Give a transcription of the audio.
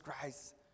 Christ